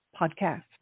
Podcast